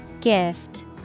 Gift